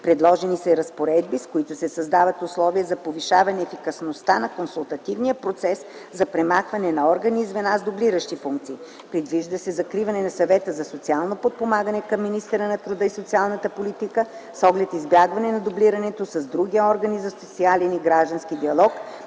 Предложени са и разпоредби, с които се създават условия за повишаване ефективността на консултативния процес чрез премахване на органи и звена с дублиращи функции. Предвижда се закриване на Съвета за социално подпомагане към министъра на труда и социалната политика с оглед избягване на дублирането с други органи за социален и граждански диалог